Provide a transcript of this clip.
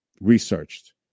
researched